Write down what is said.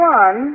one